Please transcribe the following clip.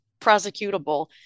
prosecutable